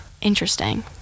Interesting